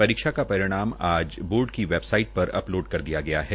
परीक्षा का परिणाम आज बोर्ड की वेबसाइड पर अपलोड कर दिया गया है